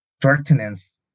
pertinence